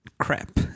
crap